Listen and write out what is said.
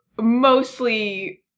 mostly